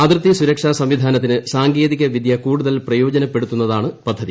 അതിർത്തി സുരക്ഷാ സംവിധാനത്തിന് സാങ്കേതിക വിദ്യ കൂടുതൽ പ്രയോജനപ്പെടുത്തുന്നതാണ് പദ്ധതി